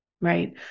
right